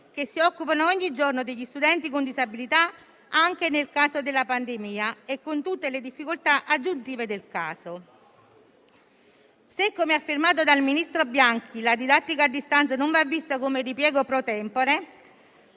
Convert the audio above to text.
che si occupano ogni giorno degli studenti con disabilità, anche durante la pandemia e con tutte le difficoltà aggiuntive del caso. Se, come affermato dal ministro Bianchi, la didattica a distanza non va vista come ripiego *pro tempore*